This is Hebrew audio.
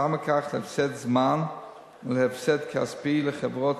וכתוצאה מכך להפסד זמן ולהפסד כספי לחברות